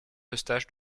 eustache